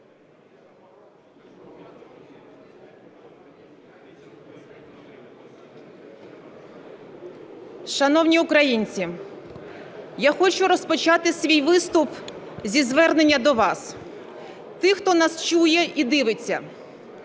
Шановні українці, я хочу розпочати свій виступ зі звернення до вас, тих, хто нас чує і дивиться.